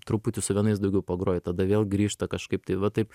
truputį su vienais daugiau pagroji tada vėl grįžta kažkaip tai va taip